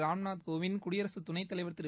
ராம்நாத் கோவிந்த் குடியரசு துணைத்தலைவர் திரு